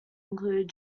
included